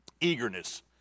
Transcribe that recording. Eagerness